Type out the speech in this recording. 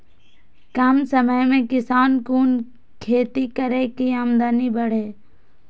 कम समय में किसान कुन खैती करै की आमदनी बढ़े?